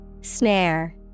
Snare